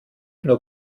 nur